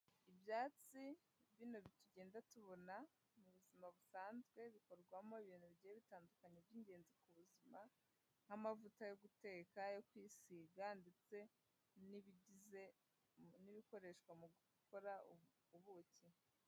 Ibyatsi bino tugenda tubona mu buzima busanzwe bikorwamo ibintu bigiye bitandukanye by'ingenzi ku buzima nk'amavuta yo guteka, ayo kwisiga ndetse n'ibigize n'ibikoreshwa mu gukora ubuki.